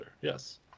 yes